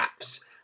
apps